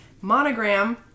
monogram